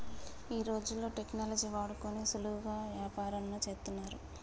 ఈ రోజుల్లో టెక్నాలజీని వాడుకొని సులువుగా యాపారంను చేత్తన్నారు